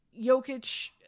Jokic